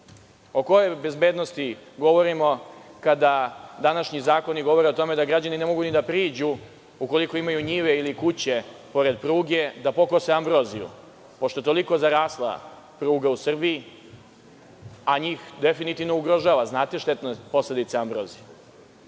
O kojoj bezbednosti govorimo kada današnji zakoni govore o tome da građani ne mogu ni da priđu, ukoliko imaju njive ili kuće pored pruge, da pokose ambroziju, pošto je toliko zarasla pruga u Srbiji, a njih definitivno ugrožava. Znate štetne posledice ambrozije.